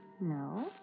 No